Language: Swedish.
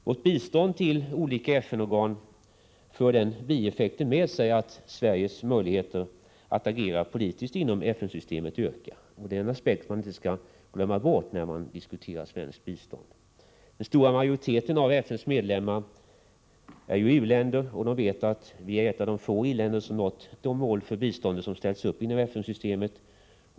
Vårt bistånd till de olika FN-organen för den bieffekten med sig att Sveriges möjligheter att agera politiskt inom FN-systemet ökar. Den aspekten skall inte glömmas bort, när man diskuterar svenskt bistånd. Den stora majoriteten av FN:s medlemmar är ju u-länder, och de vet att vi är ett av de få i-länder som har nått de mål för biståndet som ställts upp inom FN-systemet.